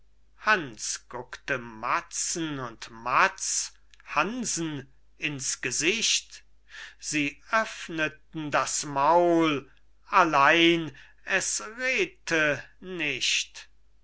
und matz hansen ins gesicht sie öffneten das maul allein es redte nicht